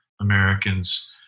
Americans